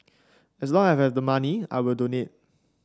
as long as I have the money I will donate